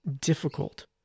difficult